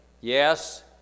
yes